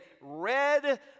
red